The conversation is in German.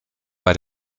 bei